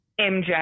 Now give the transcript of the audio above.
MJ